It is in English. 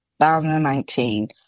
2019